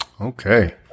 Okay